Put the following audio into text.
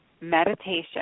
meditation